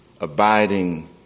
abiding